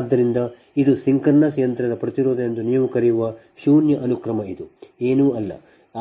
ಆದ್ದರಿಂದ ಇದು ಸಿಂಕ್ರೊನಸ್ ಯಂತ್ರದ ಪ್ರತಿರೋಧ ಎಂದು ನೀವು ಕರೆಯುವ ಶೂನ್ಯ ಅನುಕ್ರಮ ಇದು ಏನೂ ಅಲ್ಲ